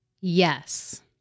Yes